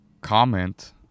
comment